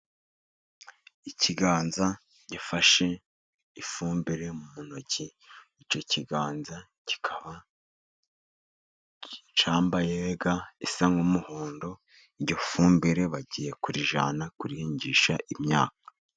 Ikiganza gifashe ifumbire mu ntoki. Icyo kiganza kikaba cyambaye ga isa nk'umuhondo. Iyo fumbire bagiye kuyijyana kuyihingisha imyaka.